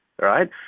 right